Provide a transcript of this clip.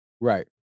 right